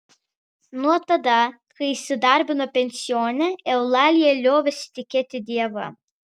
nuo tada kai įsidarbino pensione eulalija liovėsi tikėti dievą